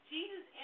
Jesus